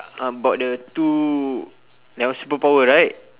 about the two ya superpower right